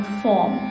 form